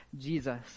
Jesus